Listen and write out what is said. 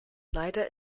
leider